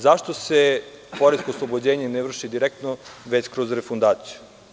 Zašto se poresko oslobođenje ne vrši direktno, već kroz refundaciju?